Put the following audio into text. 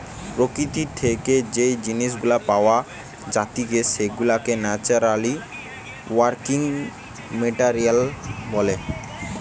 প্রকৃতি থেকে যেই জিনিস গুলা পাওয়া জাতিকে সেগুলাকে ন্যাচারালি অকারিং মেটেরিয়াল বলে